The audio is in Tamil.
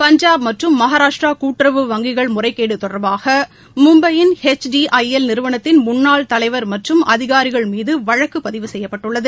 பஞ்சாப் மற்றும் மகாராஷ்டிரா கூட்டுறவு வங்கிகள் முறைகேடு தொடா்பாக மும்பையின் எச் டி ஐ எல் நிறுவனத்தின் முன்னாள் தலைவர் மற்றும் அதிகாரிகள் மீது வழக்கு பதிவு செய்யப்பட்டுள்ளது